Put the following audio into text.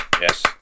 Yes